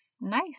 nice